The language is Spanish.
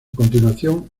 continuación